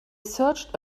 searched